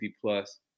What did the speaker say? plus